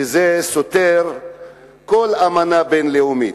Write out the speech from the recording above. שזה סותר כל אמנה בין-לאומית.